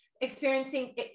experiencing